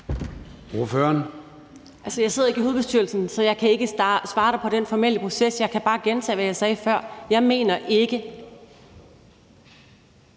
jeg sidder ikke i hovedbestyrelsen, så jeg kan ikke svare dig vedrørende den formelle proces. Jeg kan bare gentage, hvad jeg sagde før: Jeg mener ikke,